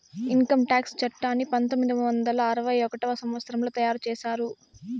income tax చట్టాన్ని పంతొమ్మిది వందల అరవై ఒకటవ సంవచ్చరంలో తయారు చేసినారు